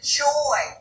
joy